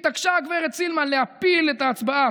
התעקשה הגברת סילמן להפיל את ההצבעה,